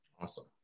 awesome